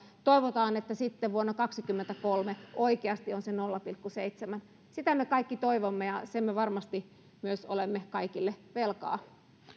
toivotaan että sitten vuonna kaksikymmentäkolme oikeasti on se nolla pilkku seitsemän sitä me kaikki toivomme ja sen me varmasti myös olemme kaikille velkaa